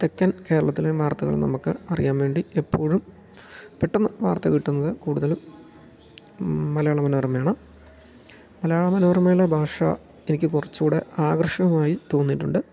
തെക്കൻ കേരളത്തിലെ വാർത്തകൾ നമുക്ക് അറിയാൻ വേണ്ടി എപ്പോഴും പെട്ടെന്ന് വാർത്ത കിട്ടുന്നത് കൂടുതലും മലയാള മനോരമയാണ് മലയാള മനോരമയിലെ ഭാഷ എനിക്ക് കുറച്ചു കൂടെ ആകർഷകമായി തോന്നിയിട്ടുണ്ട്